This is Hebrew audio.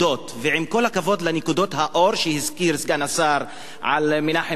ועם כל הכבוד לנקודות האור שהזכיר סגן השר על מנחם בגין,